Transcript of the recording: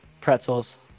pretzels